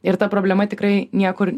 ir ta problema tikrai niekur